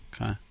Okay